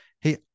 hey